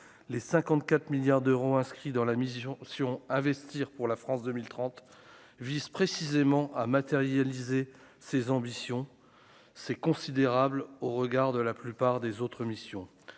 les 54 milliards d'euros inscrits dans la mission si on avait ce Tir pour la France 2030 vise précisément à matérialiser ses ambitions, c'est considérable au regard de la plupart des autres missions,